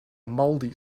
mouldy